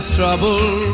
trouble